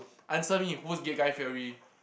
answer me who's gay guy-fieri